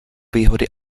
výhody